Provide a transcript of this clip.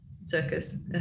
circus